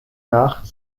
nach